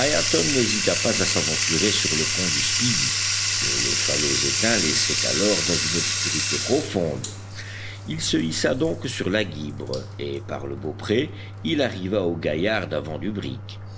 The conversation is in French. n'hésita pas à s'aventurer sur le pont du speedy que les falots éteints laissaient alors dans une obscurité profonde il se hissa donc sur la guibre et par le beaupré il arriva au gaillard d'avant du brick